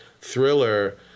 thriller